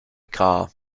car